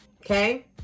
Okay